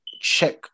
check